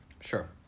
Sure